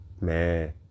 Man